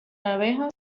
abejas